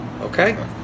Okay